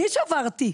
אני שברתי.